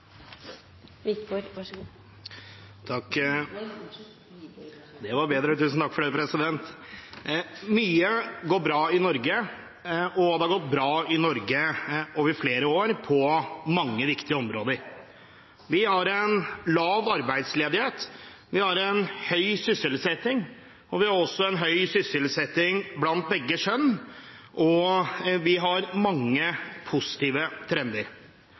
Mye går bra i Norge. Det har over flere år gått bra i Norge på mange viktige områder. Vi har lav arbeidsledighet. Vi har høy sysselsetting – blant begge kjønn. Vi har mange positive trender. Samtidig er tallene ikke nødvendigvis helt korrekte når vi sammenligner dem med resten av Europa. Norge har